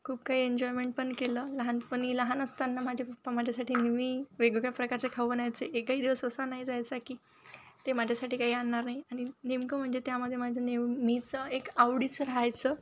खूप काही एन्जॉयमेंट पण केलं लहानपणी लहान असताना माझे पप्पा माझ्यासाठी नेहमी वेगवेगळ्या प्रकारचे खाऊ आणायचे एकही दिवस असा नाही जायचा की ते माझ्यासाठी काही आणणार नाही आणि नेमकं म्हणजे त्यामध्ये माझं नेहमीचं एक आवडीचं राहायचं